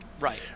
right